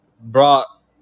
brought